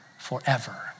forever